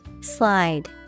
Slide